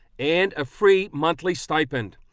and a free monthly stipend.